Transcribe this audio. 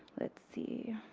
let's see.